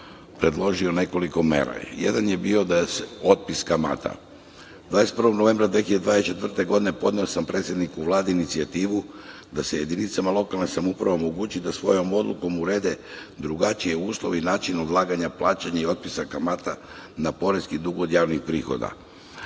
predložio nekoliko mera. Jedan je bio otpis kamata. Godine 2024, 21. novembra, podneo sam predsedniku Vlade inicijativu da se jedinicama lokalne samouprave omogući da svojom odlukom urede drugačije uslove i način odlaganja plaćanja i otpisa kamata na poreski dug od javnih prihoda.U